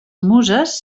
muses